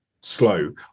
slow